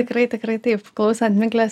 tikrai tikrai taip klausant miglės